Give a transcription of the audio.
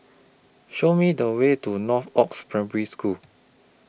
Show Me The Way to Northoaks Primary School